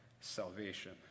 salvation